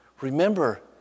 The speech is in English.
remember